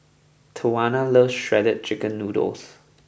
Tawanna loves Shredded Chicken Noodles